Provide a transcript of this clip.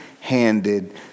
Handed